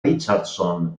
richardson